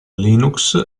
linux